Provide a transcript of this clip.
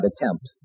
attempt